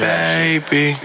baby